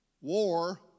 war